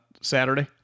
Saturday